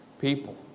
people